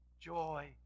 Joy